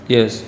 Yes